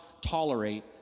tolerate